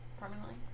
Permanently